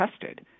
tested